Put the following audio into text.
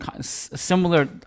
similar